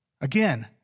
Again